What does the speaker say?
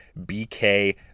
BK